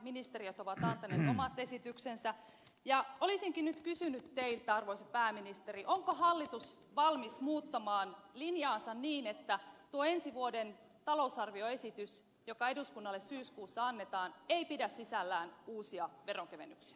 ministeriöt ovat antaneet omat esityksensä ja olisinkin nyt kysynyt teiltä arvoisa pääministeri onko hallitus valmis muuttamaan linjaansa niin että tuo ensi vuoden talousarvioesitys joka eduskunnalle syyskuussa annetaan ei pidä sisällään uusia veronkevennyksiä